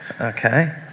Okay